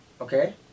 okay